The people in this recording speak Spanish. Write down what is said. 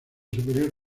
superior